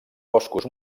boscos